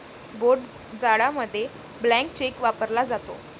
भोट जाडामध्ये blank cheque वापरला जातो